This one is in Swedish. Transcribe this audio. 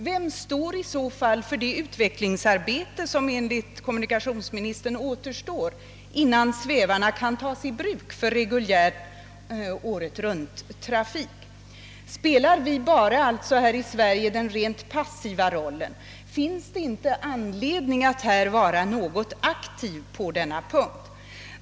Vem står i så fall för det utvecklingsarbete, som enligt kommunikationsministern återstår, innan svävarna kan tas i bruk för reguljär åretrunttrafik? Spelar vi alltså här i Sverige bara den rent passiva rollen? Finns det inte anledning att vara något aktiv på denna punkt?